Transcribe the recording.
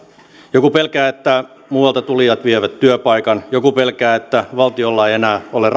joku pelkää että muualta tulijat vievät työpaikan joku pelkää että valtiolla ei enää ole